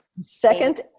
Second